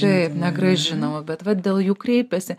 taip negrąžinama bet va dėl jų kreipiasi